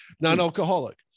Non-alcoholic